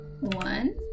one